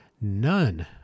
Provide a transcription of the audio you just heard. none